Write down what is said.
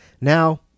Now